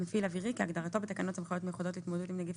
"מפעיל אווירי" כהגדרתו בתקנות סמכויות מיוחדות להתמודדות עם נגיף